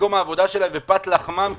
שמקום העבודה שלהם, ופת לחמם כפשוטו,